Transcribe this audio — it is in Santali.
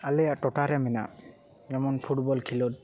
ᱟᱞᱮᱭᱟᱜ ᱴᱚᱴᱷᱟ ᱨᱮ ᱢᱮᱱᱟᱜ ᱡᱮᱢᱚᱱ ᱯᱷᱩᱴᱵᱚᱞ ᱠᱷᱮᱞᱳᱰ